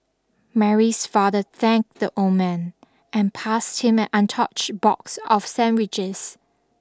Mary's father thanked the old man and passed him an untouched box of sandwiches